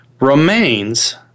remains